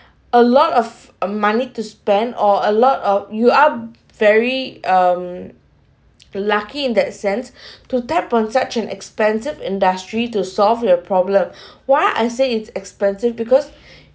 a lot of um money to spend or a lot of you are very um lucky in that sense to tap on such an expensive industry to solve your problem why I say it's expensive because